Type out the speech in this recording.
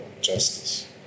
justice